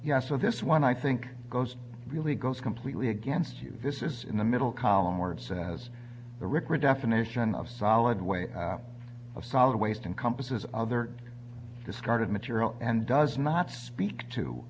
yeah so this one i think goes really goes completely against you this is in the middle column where it says the record definition of solid way of solid waste and compass is other discarded material and does not speak to